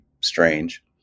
strange